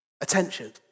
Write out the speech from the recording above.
Attention